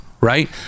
right